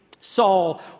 Saul